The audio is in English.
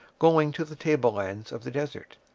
going to the table-lands of the desert.